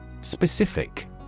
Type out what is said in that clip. Specific